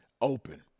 open